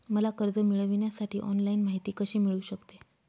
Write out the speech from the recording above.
मला कर्ज मिळविण्यासाठी ऑनलाइन माहिती कशी मिळू शकते?